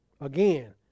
Again